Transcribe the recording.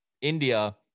India